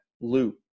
loop